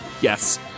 Yes